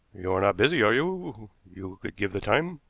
you are not busy, are you you could give the time?